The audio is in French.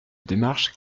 démarche